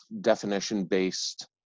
definition-based